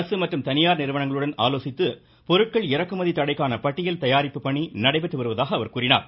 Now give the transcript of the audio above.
அரசு மற்றும் தனியார் நிறுவனங்களுடன் ஆலோசித்து பொருட்கள் இறக்குமதி தடைக்கான பட்டியல் தயாரிப்பு பணி நடைபெற்று வருவதாக கூறினார்